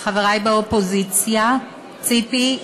חברי באופוזיציה, ציפי,